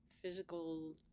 physical